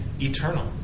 eternal